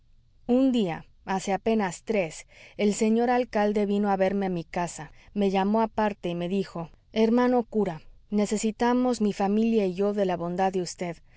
un día hace apenas tres el señor alcalde vino a verme a mi casa me llamó aparte y me dijo hermano cura necesitamos mi familia y yo de la bondad de